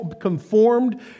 conformed